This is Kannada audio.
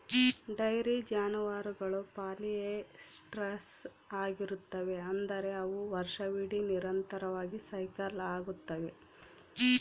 ಡೈರಿ ಜಾನುವಾರುಗಳು ಪಾಲಿಯೆಸ್ಟ್ರಸ್ ಆಗಿರುತ್ತವೆ, ಅಂದರೆ ಅವು ವರ್ಷವಿಡೀ ನಿರಂತರವಾಗಿ ಸೈಕಲ್ ಆಗುತ್ತವೆ